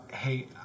hey